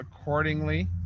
accordingly